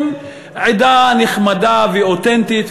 הם עדה נחמדה ואותנטית,